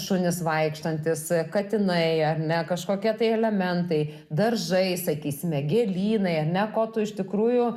šunys vaikštantys katinai ar ne kažkokie tai elementai daržai sakysime gėlynai ar ne ko tu iš tikrųjų